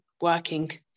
working